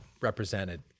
represented